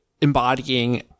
embodying